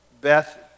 Beth